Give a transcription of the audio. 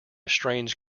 strange